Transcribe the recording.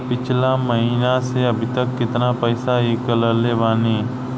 पिछला महीना से अभीतक केतना पैसा ईकलले बानी?